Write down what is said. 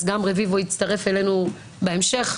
אז גם רביבו יצטרף אלינו בהמשך.